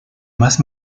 más